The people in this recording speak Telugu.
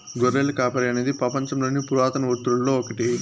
గొర్రెల కాపరి అనేది పపంచంలోని పురాతన వృత్తులలో ఒకటి